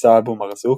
מוסא אבו מרזוק,